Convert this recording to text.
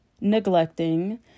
neglecting